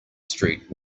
street